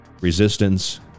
resistance